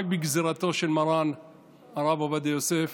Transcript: רק בגזרתו של מרן הרב עובדיה יוסף